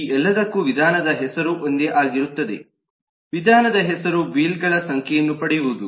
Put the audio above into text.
ಈ ಎಲ್ಲದಕ್ಕೂ ವಿಧಾನದ ಹೆಸರು ಒಂದೇ ಆಗಿರುತ್ತದೆ ವಿಧಾನದ ಹೆಸರು ವೀಲ್ ಗಳ ಸಂಖ್ಯೆಯನ್ನು ಪಡೆಯುವುದು